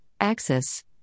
axis